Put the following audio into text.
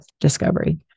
discovery